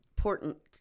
Important